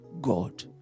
God